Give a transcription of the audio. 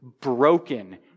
broken